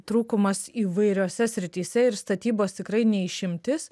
trūkumas įvairiose srityse ir statybos tikrai ne išimtis